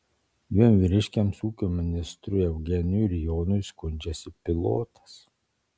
dviem vyriškiams ūkio ministrui eugenijui ir jonui skundžiasi pilotas